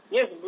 Yes